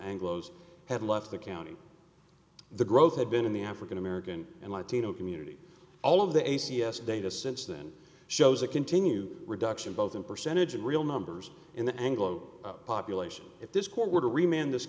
anglos had left the county the growth had been in the african american and latino community all of the a c s data since then shows a continued reduction both in percentage and real numbers in the anglo population if this court were to remain in this